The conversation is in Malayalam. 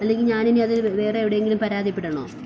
അല്ലെങ്കിൽ ഞാൻ ഇനി അത് വേറെ എവിടെയെങ്കിലും പരാതിപ്പെടണോ